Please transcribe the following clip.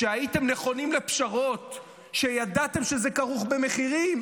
שהייתם נכונים לפשרות, שידעתם שזה כרוך במחירים.